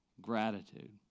gratitude